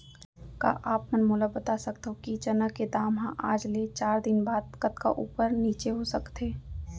का आप मन मोला बता सकथव कि चना के दाम हा आज ले चार दिन बाद कतका ऊपर नीचे हो सकथे?